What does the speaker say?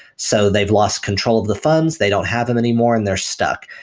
so they've lost control of the funds. they don't have them anymore and they're stuck.